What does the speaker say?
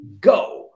go